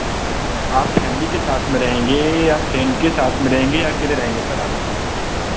आप फैमिली के साथ में रहेंगे या फ्रेंड के साथ में रहेंगे या अकेले रहेंगे सर आप